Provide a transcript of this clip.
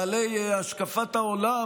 בעלי השקפת העולם,